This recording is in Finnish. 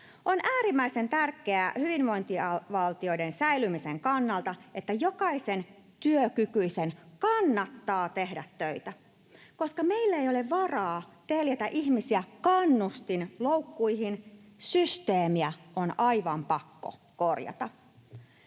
On äärimmäisen tärkeää hyvinvointivaltion säilymisen kannalta, että jokaisen työkykyisen kannattaa tehdä töitä. Koska meillä ei ole varaa teljetä ihmisiä kannustinloukkuihin, systeemiä on aivan pakko korjata.